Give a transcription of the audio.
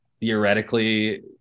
theoretically